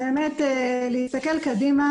באמת להסתכל קדימה